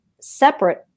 separate